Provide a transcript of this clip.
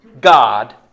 God